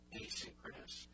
asynchronous